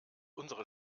unsere